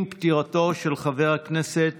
עם פטירתו של חבר הכנסת